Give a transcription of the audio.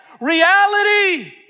reality